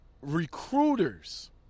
recruiters